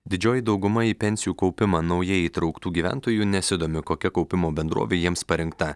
didžioji dauguma į pensijų kaupimą naujai įtrauktų gyventojų nesidomi kokia kaupimo bendrovė jiems parinkta